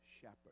shepherd